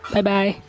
Bye-bye